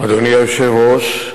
אדוני היושב-ראש,